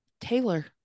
taylor